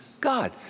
God